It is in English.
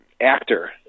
actor